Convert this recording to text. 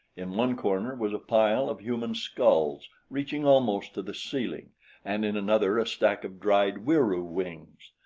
in one corner was a pile of human skulls reaching almost to the ceiling and in another a stack of dried wieroo wings.